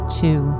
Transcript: two